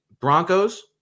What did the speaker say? Broncos